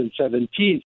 2017